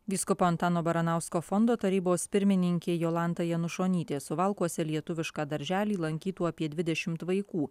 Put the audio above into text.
vyskupo antano baranausko fondo tarybos pirmininkė jolanta janušonytė suvalkuose lietuvišką darželį lankytų apie dvidešim vaikų